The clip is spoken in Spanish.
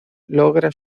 logra